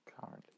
Currently